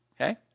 Okay